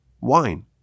wine